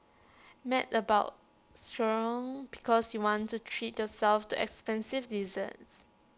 mad about Sucre because you want to treat yourself to expensive desserts